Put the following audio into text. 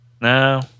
no